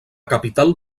capital